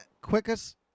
Quickest